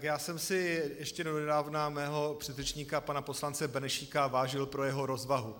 Já jsem si ještě donedávna svého předřečníka pana poslance Benešíka vážil pro jeho rozvahu.